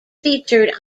featured